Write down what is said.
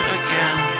again